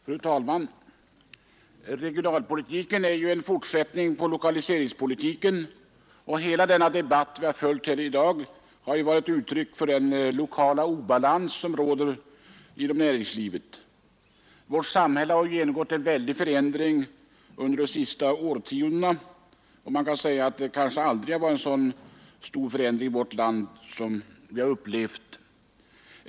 Fru talman! Regionalpolitiken är ju en fortsättning av lokaliseringspolitiken, och hela den debatt vi har fört här i dag har varit ett uttryck för oron över den lokala obalans som råder inom näringslivet. Vårt samhälle har genomgått en väldig förändring under de senaste årtiondena; kanske har det aldrig skett en så stor förändring i vårt land som den vi har upplevt.